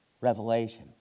Revelation